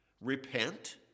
repent